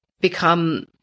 become